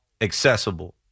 accessible